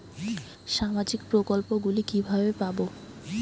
সামাজিক প্রকল্প গুলি কিভাবে পাব?